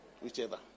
whichever